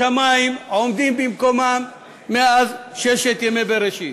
השמים עומדים במקומם מאז ששת ימי בראשית,